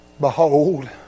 Behold